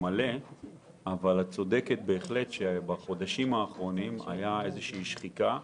מלא לחלוטין אבל את צודקת בדברייך על כך שבחודשים האחרונים הייתה שחיקה.